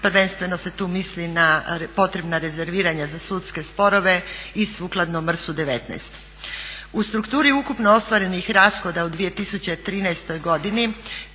prvenstveno se tu misli na potrebna rezerviranja za sudske sporove i sukladno MRS-u 19. U strukturi ukupno ostvarenih rashoda u 2013.godini